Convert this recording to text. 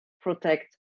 protect